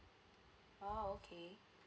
ah okay